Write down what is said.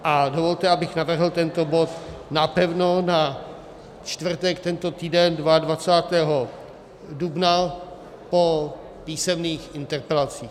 A dovolte, abych navrhl tento bod napevno na čtvrtek tento týden 22. dubna po písemných interpelacích.